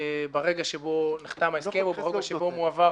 ברגע שבו נחתם ההסכם או ברגע שבו מועבר ---?